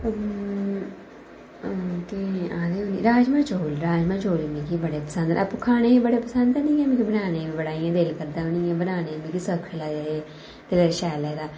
राजमां चौल मिगी बड़े पसंद न खाने गी बड़े पसंद न ते जां आपू मिगी बनाने गी बी बड़ा दिल करदा उ'नें गी आखदा उ'नें गी ते बनाने गी बी बड़े सौक्खे लगदे ते शैल लगदा